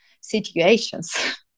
situations